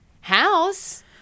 house